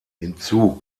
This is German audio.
hinzu